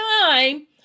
time